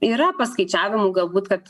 yra paskaičiavimų galbūt kad